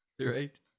Right